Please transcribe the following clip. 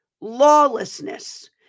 Lawlessness